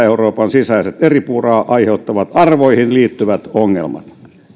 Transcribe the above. euroopan sisäiset eripuraa aiheuttavat arvoihin liittyvät ongelmat